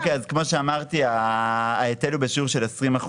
כמו שאמרתי, ההיטל הוא בשיעור של 20%,